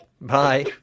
Bye